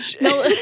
No